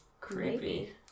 creepy